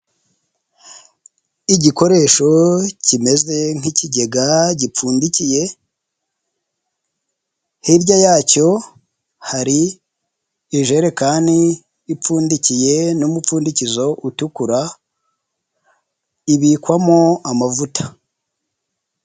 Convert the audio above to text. Igikoresho kimeze nk'ikigega gipfundikiye, hirya yacyo hari ijerekani ipfundikiye n'umupfundikizo utukura ibikwamo amavuta.